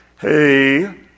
Hey